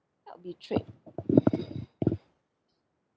felt betrayed